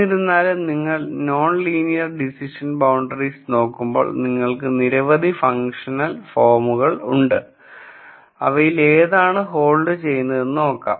എന്നിരുന്നാലും നിങ്ങൾ non linear decision boundaries നോക്കുമ്പോൾ നിങ്ങൾക്ക് നിരവധി ഫംഗ്ഷണൽ ഫോമുകൾ ഉണ്ട് അവയിൽ ഏതാണ് ഹോൾഡ് ചെയ്യുന്നതെന്ന് നോക്കാം